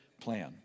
plan